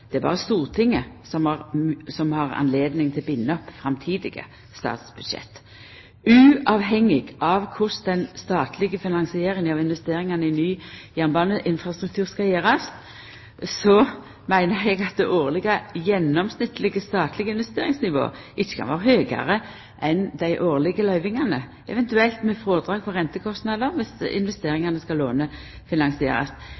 Det er berre Stortinget som har høve til å binda opp framtidige statsbudsjett. Uavhengig av korleis den statlege finansieringa av investeringane i ny jernbaneinfrastruktur skal gjerast, meiner eg at det årlege gjennomsnittlege statlege investeringsnivået ikkje kan vera høgare enn dei årlege løyvingane, eventuelt med frådrag for rentekostnader, viss